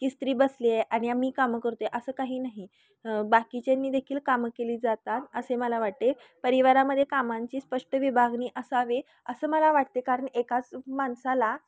की स्त्री बसली आहे आणि आम्ही काम करते आहे असं काही नाही बाकीच्यानीदेखील कामं केली जातात असे मला वाटते परिवारामध्ये कामांची स्पष्ट विभागणी असावे असं मला वाटते कारण एकाच माणसाला